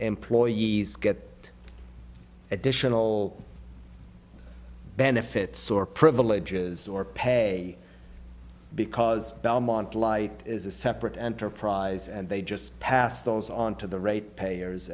employees get additional benefits or privileges or pay because belmont light is a separate enterprise and they just pass those on to the rate payers